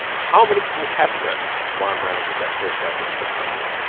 how many people have left ron brown since that first class that we spent time with,